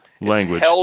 language